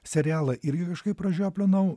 serialą irgi kažkaip pražioplinau